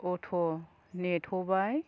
auto नेथ'बाय